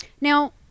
now